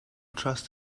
trust